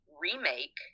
remake